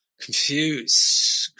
Confused